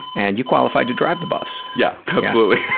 and you qualify to drive the bus. yeah, absolutely.